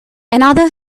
another